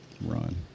run